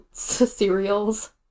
Cereals